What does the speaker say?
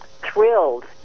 thrilled